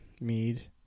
Mead